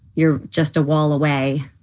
you're just a wall away.